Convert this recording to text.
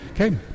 okay